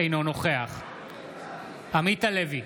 אינו נוכח עמית הלוי,